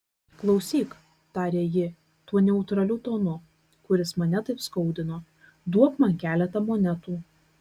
klausyk tarė ji tuo neutraliu tonu kuris mane taip skaudino duok man keletą monetų